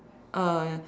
uh